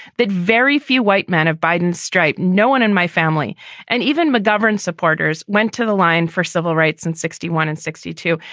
that very few white men of biden's stripe, no one in my family and even mcgovern supporters went to the line for civil rights in sixty one and sixty two.